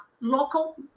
local